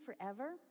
forever